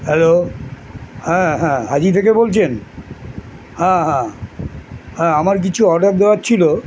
hello হ্যাঁ হ্যাঁ হাজি থেকে বলছেন হ্যাঁ হ্যাঁ হ্যাঁ আমার কিছু অর্ডার দেওয়ার ছিলো